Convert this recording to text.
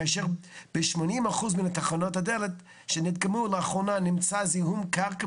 כאשר ב-80% מתחנות הדלק שנדגמו לאחרונה נמצא זיהום קרקע,